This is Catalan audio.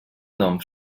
nom